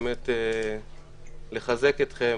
באמת לחזק אתכם,